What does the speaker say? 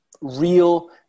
real